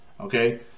okay